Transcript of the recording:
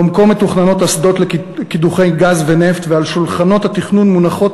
בעומקו מתוכננות אסדות לקידוחי גז ונפט ועל שולחנות התכנון מונחות